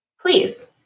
Please